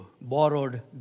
borrowed